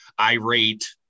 irate